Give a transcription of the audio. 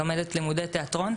לומדת לימודי תיאטרון.